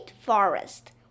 forest